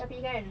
tetapi kan